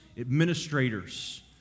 administrators